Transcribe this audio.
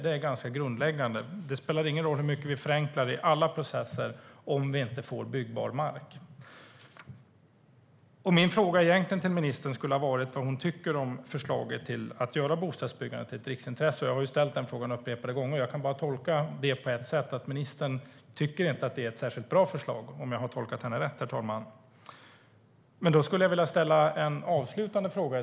Det är grundläggande. Det spelar ingen roll hur mycket vi förenklar i alla processer om det inte finns byggbar mark. Min fråga till ministern skulle egentligen ha varit vad hon tycker om förslaget att göra bostadsbyggandet till ett riksintresse. Jag har ställt frågan upprepade gånger. Jag kan bara tolka det på ett sätt, nämligen att ministern inte tycker att det är ett särskilt bra förslag - om jag har tolkat henne rätt, herr talman.